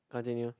continue